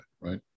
Right